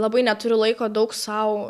labai neturiu laiko daug sau